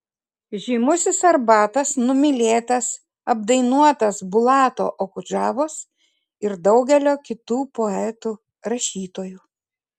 žymusis arbatas numylėtas apdainuotas bulato okudžavos ir daugelio kitų poetų rašytojų